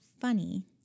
funny